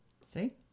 See